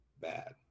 bad